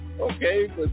okay